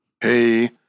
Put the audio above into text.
Hey